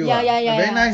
ya ya ya ya